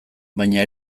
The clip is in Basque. baina